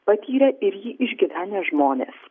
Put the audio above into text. patyrę ir jį išgyvenę žmonės